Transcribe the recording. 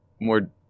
more